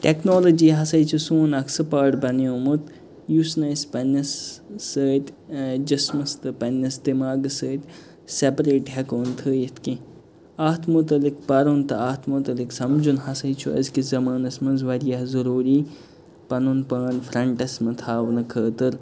technology ہسا چھُ سوٗن اَکھ سُہ پارٹ بنیومُت یُس نہٕ أسۍ پَننِس سۭتۍ ٲں جِسمَس تہٕ پَننِس دیٚماغہٕ سۭتۍ سیٚپریٹ ہیٚکہٕ ہون تھٲیِتھ کیٚنٛہہ اَتھ متعلق پَرُن تہٕ اَتھ متعلق سَمجھُن ہسا چھُ أزکِس زمانَس منٛز واریاہ ضُروٗری پَنُن پان فرٛیٚنٛٹَس مَہ تھاونہٕ خٲطر